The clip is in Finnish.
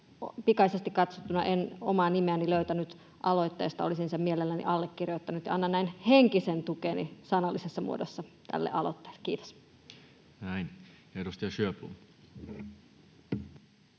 Pikaisesti katsottuna en omaa nimeäni löytänyt aloitteesta. Olisin sen mielelläni allekirjoittanut, ja annan henkisen tukeni näin sanallisessa muodossa tälle aloitteelle. — Kiitos. Näin. — Ja edustaja Sjöblom.